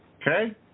Okay